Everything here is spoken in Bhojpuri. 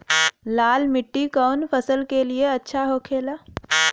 लाल मिट्टी कौन फसल के लिए अच्छा होखे ला?